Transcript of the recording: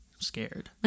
scared